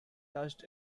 touched